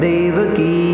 Devaki